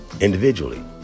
Individually